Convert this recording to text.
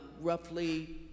roughly